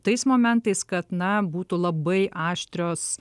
tais momentais kad na būtų labai aštrios